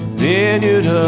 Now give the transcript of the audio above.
vineyard